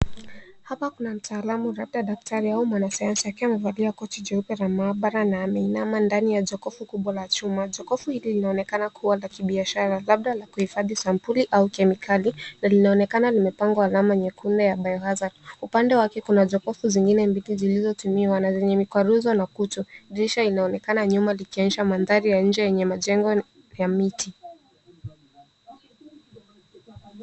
Hapa kuna mtaalamu labda daktari ,au mwana sayansi akiwa amevalia koti jeupe la maabara na ameinama ndani ya jokofu kubwa la chuma. Jokofu hili linaonekana kuwa la kibiashara ,labda la kuhifadhi sampuli au kemikali, na linaonekana limepangwa alama nyekundu ya biohazard .Upande wake kuna jokofu zingine mbili zilizotumiwa na zenye mikwaruzo na kutu. Dirisha inaonekana nyuma likionyesha mandhari ya nje yenye majengo ya miti.